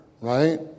right